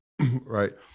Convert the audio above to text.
right